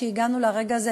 שהגענו לרגע הזה,